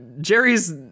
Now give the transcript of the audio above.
Jerry's